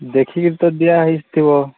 ଦେଖିକି ତ ଦିଆ ହୋଇଥିବ